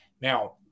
Now